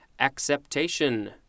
Acceptation